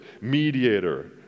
mediator